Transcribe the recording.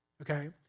okay